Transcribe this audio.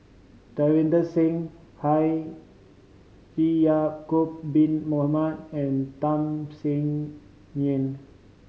Davinder Singh Ya'acob Bin Mohamed and Tham Sien Yen